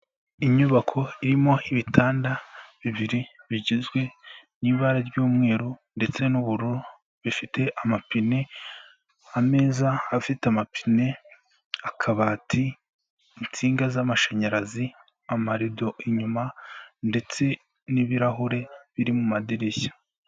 Inyubako irimo ibitanda bibiri bigizwe n'ibara ry'umweru ndetse n'ubururu bifite amapine, ameza afite amapine, akabati, insinga z'amashanyarazi, amarido inyuma ndetse n'ibirahuri biri mu madirishya.